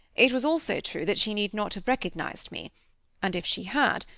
it was also true that she need not have recognized me and if she had,